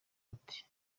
ati